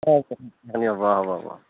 পৰা হ'ব হ'ব হ'ব